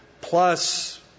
plus